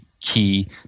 Key